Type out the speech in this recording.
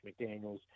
McDaniels